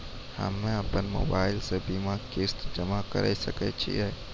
हम्मे अपन मोबाइल से बीमा किस्त जमा करें सकय छियै?